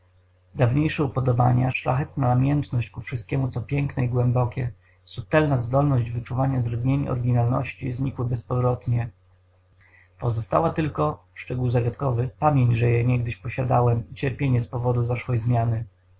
dawniejsze upodobania szlachetna namiętność ku wszystkiemu co piękne i głębokie subtelna zdolność wyczuwania drgnień oryginalności znikły bezpowrotnie pozostała tylko szczegół zagadkowy pamięć że je niegdyś posiadałem i cierpienie z powodu zaszłej zmiany